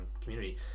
community